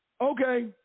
Okay